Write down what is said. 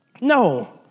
No